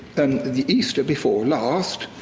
the easter before last,